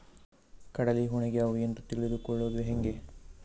ಕಡಲಿ ಒಣಗ್ಯಾವು ಎಂದು ತಿಳಿದು ಕೊಳ್ಳೋದು ಹೇಗೆ?